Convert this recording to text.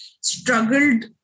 struggled